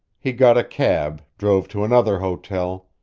he got a cab, drove to another hotel,